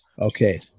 Okay